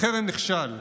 החרם נכשל,